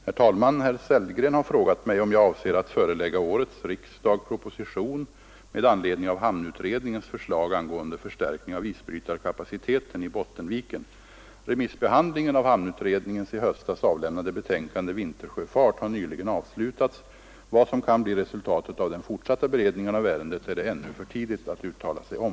Herr talman! Herr Sellgren har frågat mig om jag avser att förelägga årets riksdag proposition med anledning av hamnutredningens förslag angående förstärkning av isbrytarkapaciteten i Bottenviken. Remissbehandlingen av hamnutredningens i höstas avlämnade betänkande Vintersjöfart har nyligen avslutats. Vad som kan bli resultatet av den fortsatta beredningen av ärendet är det ännu för tidigt att uttala sig om.